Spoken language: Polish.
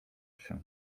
się